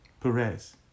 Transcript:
Perez